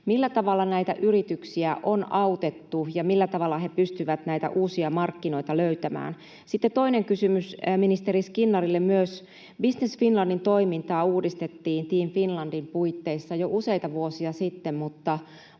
millä tavalla näitä yrityksiä on autettu, ja millä tavalla ne pystyvät näitä uusia markkinoita löytämään? Sitten myös toinen kysymys ministeri Skinnarille: Business Finlandin toimintaa uudistettiin Team Finlandin puitteissa jo useita vuosia sitten, mutta